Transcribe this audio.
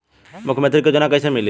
मुख्यमंत्री के योजना कइसे मिली?